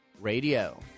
Radio